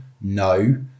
No